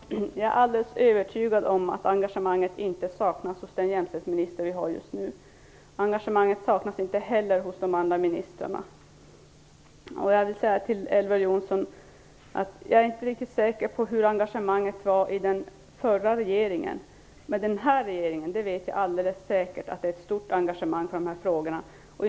Fru talman! Jag är alldeles övertygad om att engagemanget inte saknas hos den jämställdhetsminister vi har just nu. Engagemanget saknas inte heller hos de andra ministrarna. Jag är inte riktigt säker på hur starkt engagemanget var i den förra regeringen, men jag vet alldeles säkert att engagemanget för dessa frågor är stort i den här regeringen.